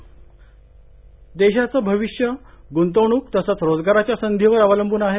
चिदंबरमः देशाचे भविष्य गृंतवणूक तसंच रोजगाराच्या संधींवर अवलंबून आहे